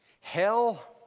Hell